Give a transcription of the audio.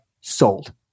sold